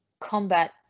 combat